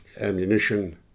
ammunition